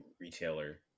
retailer